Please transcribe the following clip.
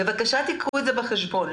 בבקשה קחו את זה בחשבון.